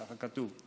ככה כתוב.